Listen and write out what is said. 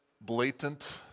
blatant